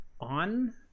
on